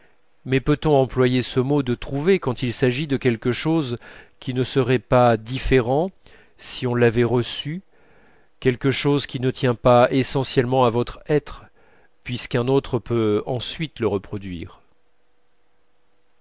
mais peut-on employer ce mot de trouver quand il s'agit de trouver quelque chose qui ne serait pas différent si on l'avait reçu quelque chose qui ne tient pas essentiellement à votre être puisqu'un autre peut ensuite le reproduire